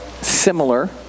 similar